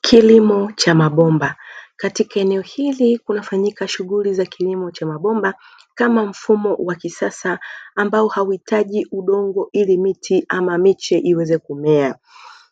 Kilimo cha mabomba, katika eneo hili kunafanyika shughuli za kilimo cha mabomba kama mfumo wa kisasa ambao hauhitaji udongo ili miti ama miche iweze kumea,